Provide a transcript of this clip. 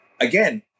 again